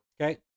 Okay